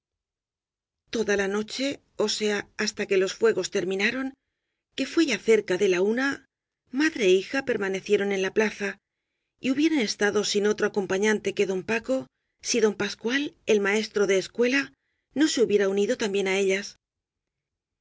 toda la noche ó sea hasta que los fuegos termi naron que fué ya cerca de la una madre é hija per manecieron en la plaza y hubieran estado sin otro acompañante que don paco si don pascual el maes tro de escuela no se hubiera unido también á ellas